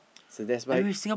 so that's why